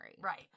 Right